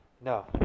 No